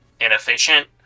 inefficient